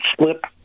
slip